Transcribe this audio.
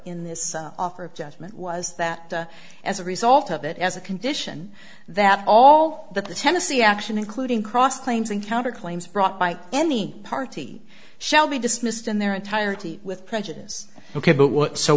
in this offer of judgment was that as a result of it as a condition that all that the tennessee action including cross claims and counterclaims brought by any party shall be dismissed in their entirety with prejudice ok but what so